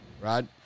Rod